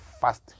fast